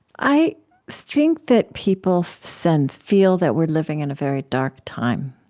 i think that people sense, feel, that we're living in a very dark time.